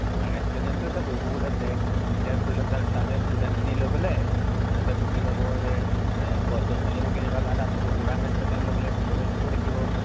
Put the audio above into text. ওৰাং ৰাষ্ট্ৰীয় উদ্যানটো এতিয়া বহুত আছে এতিয়া ধৰি লওক তালে তালে ষ্টুডেন্টখিনি লৈ গ'লে সিহঁতে বুজি পাব যে গছ গছনিবোৰ কেনেকুৱা বা তাত ওৰাং ৰাষ্ট্ৰীয় উদ্যান লৈ গ'লে জীৱ জন্তুবোৰো দেখিব